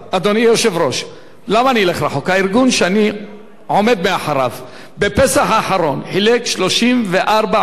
הארגון שאני עומד מאחוריו חילק בפסח האחרון מעל 34,000 סלי מזון,